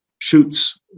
shoots